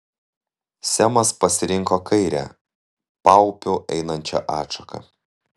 semas pasirinko kairę paupiu einančią atšaką